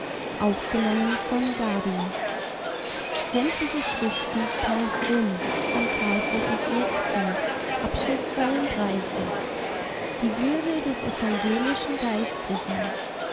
gab schriften die würde des evangelischen geistlichen